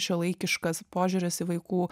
šiuolaikiškas požiūris į vaikų